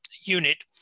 unit